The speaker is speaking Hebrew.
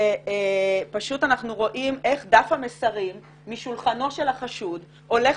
אנחנו רואים איך דף המסרים משולחנו של החשוד הולך